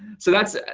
so that's